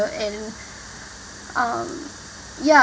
and um ya